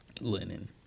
linen